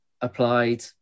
Applied